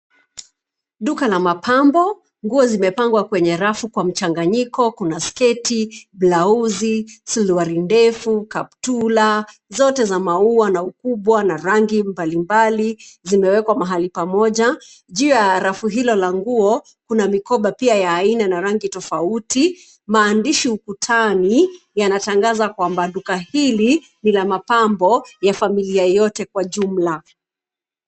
Duka la mapambo, nguo zimepangwa kwenye rafu kwa mchanganyiko, kuna sketi, blauzi, suluwari ndefu, kaptula, zote za maua na ukubwa na rangi mbalimbali zimewekwa mahali pamoja, juu ya halafu hilo la nguo kuna mikoba pia ya aina na rangi tofauti. Maandishi ukutani yanatangaza kwamba duka hili ni la mapambo ya familia yote kwa jumla.